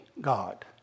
God